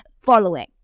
following